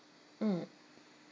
mm